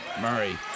Murray